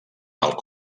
alt